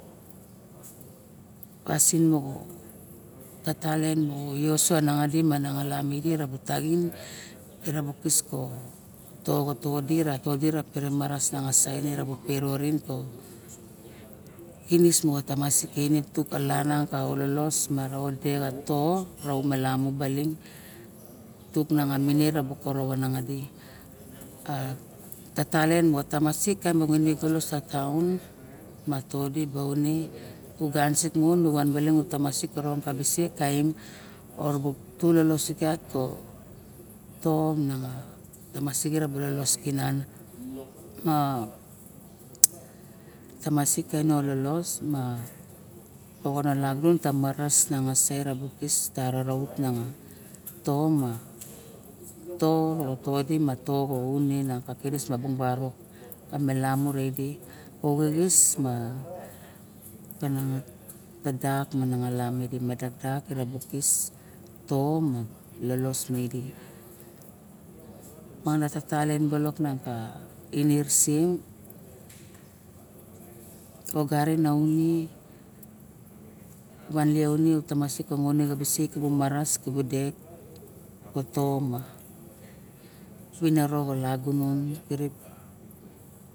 Pasin moto tatalien di osoxo di mina xalap taxin ukis ka toxon na todi mara saena kinis mo tamasik ka lana lolos mara to malamu tuk nang koromien no to a talien moxo tamasik ne neng a todi u gan sik mon nu sik karon kaim arobo tu lolos sigara tom me tamsik a kono lolos moxo na lagun maras na sik maing a som ma todi no une bara binis bung borok ma melamu re ide ma ide. ma mama ira bu kis to ma lolos ma ide. ma mama tata lien balok man ka xirinising ka ogarin guni wangilioni ba tamasik kubu sik kabu to ma vunaro ka lagunon ma kirip.